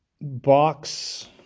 box